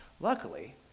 luckily